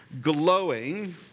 glowing